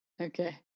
Okay